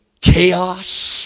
chaos